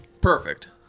Perfect